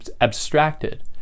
abstracted